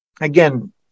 again